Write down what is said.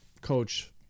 coach